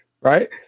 right